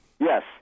Yes